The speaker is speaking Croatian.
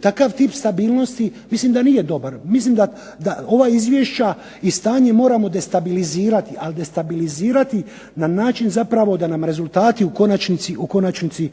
takav tip stabilnosti mislim da nije dobar, mislim da ova izvješća i stanje moramo destabilizirati, ali destabilizirati na način zapravo da nam rezultati u konačnici